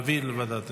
להעביר לוועדה.